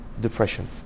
depression